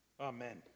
amen